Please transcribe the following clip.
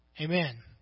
amen